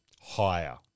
Higher